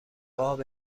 قاب